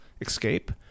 escape